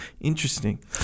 Interesting